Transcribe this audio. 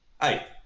hey